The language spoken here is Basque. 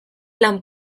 lan